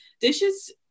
Dishes